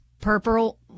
Purple